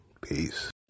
Peace